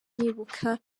nibuka